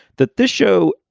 that this show,